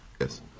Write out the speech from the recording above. Yes